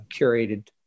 curated